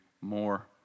more